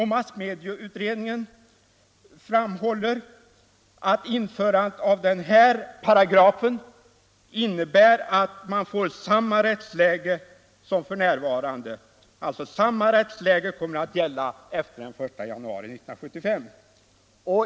Massmedieutredningen framhåller också att införandet av den här paragrafen innebär att man får samma rättsläge efter den 1 januari 1975 som tidigare.